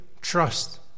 trust